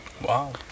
Wow